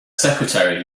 secretary